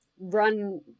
run